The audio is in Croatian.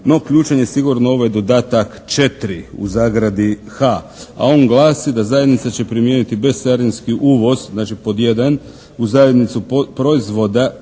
No ključan je sigurno ovaj dodatak 4, u zagradi "H". A on glasi da Zajednica će primijeniti bescarinski uvoz, znači, pod 1, u zajednicu proizvoda